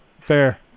fair